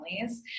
families